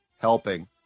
helping